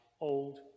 old